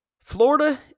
Florida